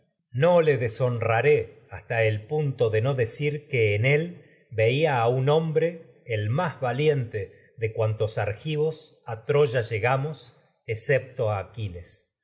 no le a deshonraré un punto de decir que en él veía a hombre el más valiente de cuantos argivos en troya llegamos no excepto aquiles